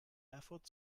erfurt